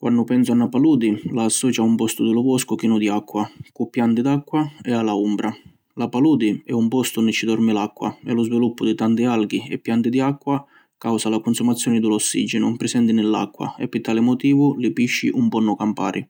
Quannu pensu a na paludi, la associu a un postu di lu voscu chinu di acqua, cu pianti d’acqua e a la umbra. La paludi è un postu unni ci dormi l’acqua e lu sviluppu di tanti alghi e pianti di acqua, causa la cunsumazioni di lu ossigenu prisenti ni l’acqua e pi tali motivu li pisci ‘un ponnu campari.